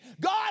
God